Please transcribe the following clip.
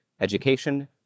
education